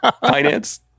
finance